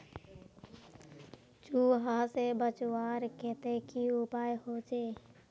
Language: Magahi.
चूहा से बचवार केते की उपाय होचे?